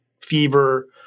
fever